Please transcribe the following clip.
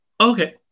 Okay